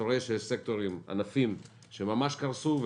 רואים שיש ענפים שקרסו ממש,